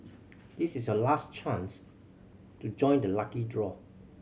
this is your last chance to join the lucky draw